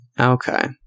Okay